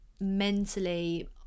mentally